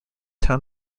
town